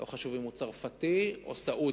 לא חשוב אם הוא צרפתי או סעודי,